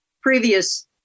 previous